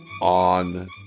on